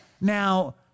Now